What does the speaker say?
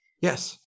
Yes